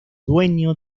dueño